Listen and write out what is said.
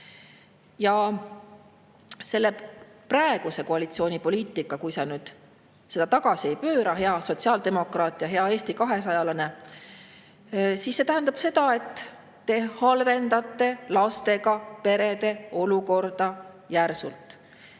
halvendati. Praeguse koalitsiooni poliitika – kui sa seda tagasi ei pööra, hea sotsiaaldemokraat ja hea Eesti 200-lane – tähendab seda, et te halvendate lastega perede olukorda järsult.